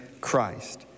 Christ